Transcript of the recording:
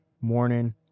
morning